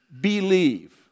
believe